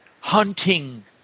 hunting